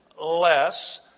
less